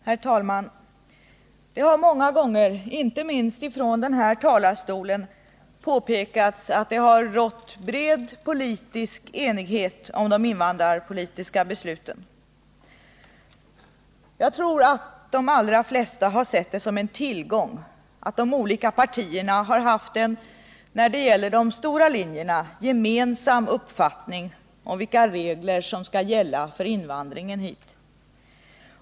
Herr talman! Det har många gånger, inte minst från den här talarstolen, påpekats att det har rått bred politisk enighet om de invandrarpolitiska besluten. Jag tror att de allra flesta har sett det som en tillgång att de olika partierna har haft en, när det gäller de stora linjerna, gemensam uppfattning om vilka regler som skall gälla för invandringen hit.